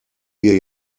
wir